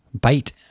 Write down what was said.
bite